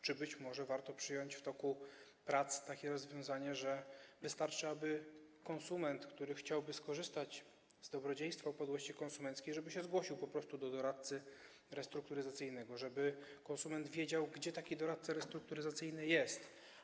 Czy być może warto przyjąć w toku prac takie rozwiązanie, że wystarczy, żeby konsument, który chciałby skorzystać z dobrodziejstwa upadłości konsumenckiej, zgłosił się po prostu do doradcy restrukturyzacyjnego, żeby konsument wiedział, gdzie taki doradca restrukturyzacyjny jest?